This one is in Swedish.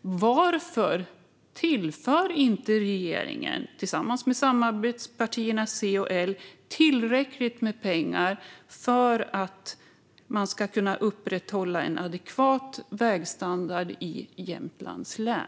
Varför tillför inte regeringen tillsammans med samarbetspartierna C och L tillräckligt med pengar för att man ska kunna upprätthålla en adekvat vägstandard i Jämtlands län?